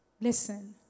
listen